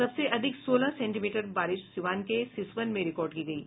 सबसे अधिक सोलह सेंटीमीटर बारिश सीवान के सिसवन में रिकार्ड की गयी